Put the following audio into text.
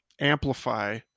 amplify